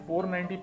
490